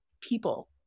people